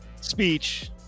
speech